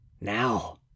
Now